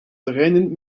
rennen